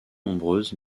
nombreuses